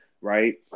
Right